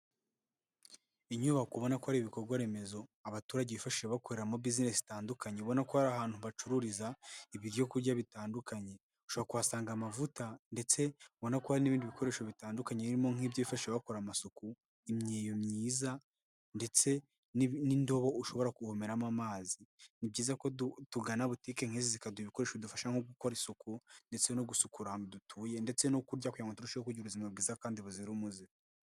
Inyubakobona ko ari ibikorwa remezo, abaturage bifashisha bakoreramo bisinesi zitandukanye ubona ko hari ahantu bacururiza, ibyo kurya bitandukanye. Ushobora kuhasanga amavuta ndetse ubona ko hari n'ibindi bikoresho bitandukanye birimo nk'ibyo bifashisha bakora amasuku, imyeyo myiza ndetse n'indobo ushobora kuvomeramo amazi. Ni byiza ko tugana butike nk'izi zikaduha ibikoresho dufasha nko gukora isuku ndetse no gusukura ahantu dutuye ndetse no kurya kugira ngo turusheho kugira ubuzima bwiza kandi buzira umuze.